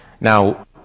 Now